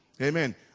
amen